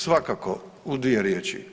Svakako u dvije riječi.